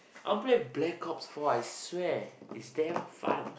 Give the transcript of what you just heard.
on black black four I swear its damn fun